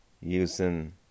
using